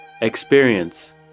Experience